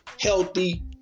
healthy